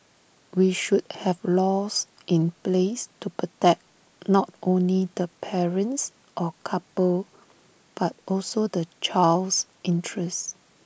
we should have laws in place to protect not only the parents or couple but also the child's interest